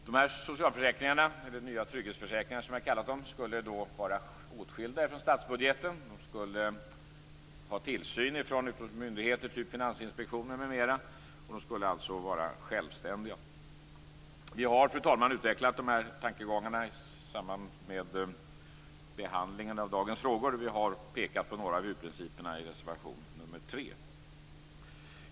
De här socialförsäkringarna, eller trygghetsförsäkringar som vi har kallat dem, skulle vara åtskilda från statsbudgeten. De skulle stå under tillsyn av en myndighet, t.ex. Finansinspektionen, och alltså vara självständiga. Vi har, fru talman, utvecklat de här tankegångarna i samband med behandlingen av dagens frågor. Vi har pekat på några av huvudprinciperna i reservation nr 3.